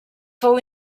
fou